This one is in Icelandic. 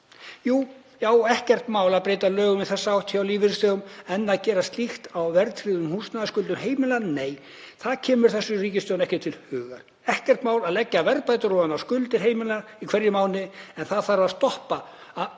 Já, ekkert mál að breyta lögum í þessa átt hjá lífeyrisþegum en að gera slíkt á verðtryggðum húsnæðisskuldum heimilanna, nei, það kemur þessari ríkisstjórn ekki til hugar. Ekkert mál að leggja verðbætur ofan á skuldir heimilanna í hverjum mánuði en það þarf að stoppa af